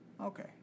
okay